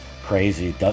Crazy